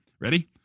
Ready